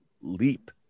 leap